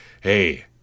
Hey